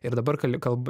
ir dabar kal kalb